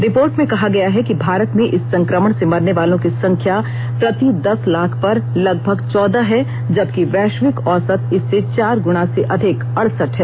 report में कहा गया है कि भारत में इस संक्रमण से मरने वालों की संख्या प्रति दस लाख पर लगभग चौदह है जबकि वैश्विक औसत इससे चार गुना से अधिक अडसठ है